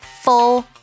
full